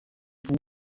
buh